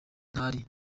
ntari